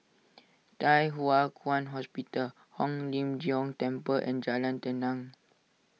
Thye Hua Kwan Hospital Hong Lim Jiong Temple and Jalan Tenang